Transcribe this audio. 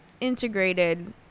integrated